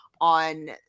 on